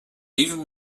even